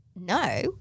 no